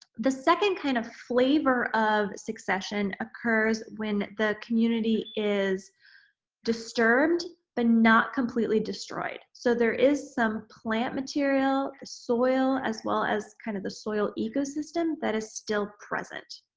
the second kind of flavor of succession occurs when the community is disturbed but not completely destroyed. so there is some plant material, soil, as well as, kind of the soil ecosystem that is still present,